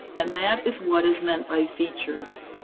and that is what is meant by features.